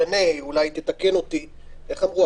אולי היא תתקן אותי איך אמרו?